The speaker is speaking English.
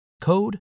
code